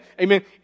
Amen